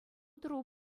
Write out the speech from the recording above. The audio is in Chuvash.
тӑру